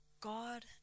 God